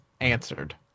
answered